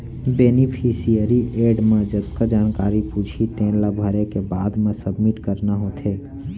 beneficiary एड म जतका जानकारी पूछही तेन ला भरे के बाद म सबमिट करना होथे